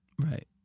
Right